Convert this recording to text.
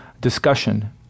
discussion